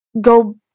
go